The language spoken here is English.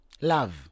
Love